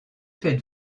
faites